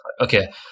Okay